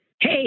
Hey